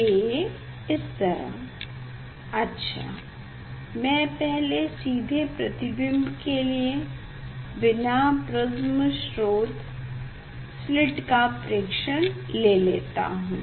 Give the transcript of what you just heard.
ये इस तरह अच्छा मैं पहले सीधे प्रतिबिम्ब के लिए बिना प्रिस्म के स्रोत स्लिट का प्रेक्षण ले लेता हूँ